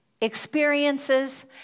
experiences